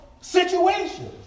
situations